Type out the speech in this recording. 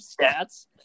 stats